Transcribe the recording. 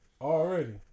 already